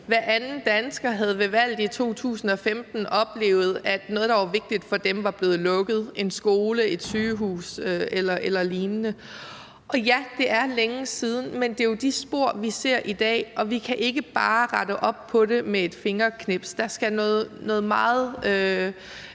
Hver anden dansker havde ved valget i 2015 oplevet, at noget, der var vigtigt for dem, var blevet lukket: en skole, et sygehus eller lignende. Ja, det er længe siden, men det er jo de spor, vi ser i dag, og vi kan ikke bare rette op på det med et fingerknips; der skal noget meget